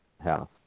house